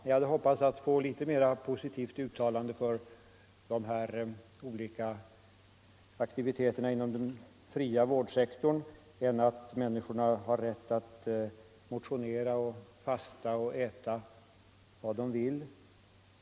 Jag hade hoppats på ett litet mer positivt uttalande för de olika aktiviteterna inom den fria vårdsektorn men fick nu bara höra detta att människorna har rätt att motionera, fasta och äta vad de vill.